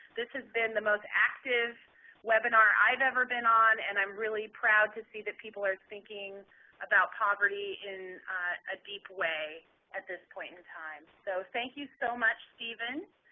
this has been the most active webinar i've ever been on, and i'm really proud to see that people are speaking about poverty in a deep way at this point in time. so thank you so much, stephen.